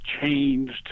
changed